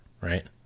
right